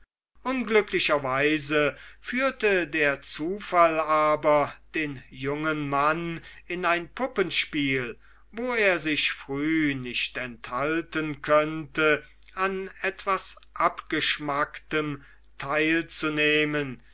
unglücklicherweise führte der zufall aber den jungen mann in ein puppenspiel wo er sich früh nicht enthalten konnte an etwas abgeschmacktem